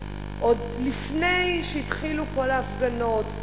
עוד לפני שהתחילו כל ההפגנות,